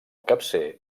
capcer